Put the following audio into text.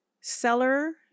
seller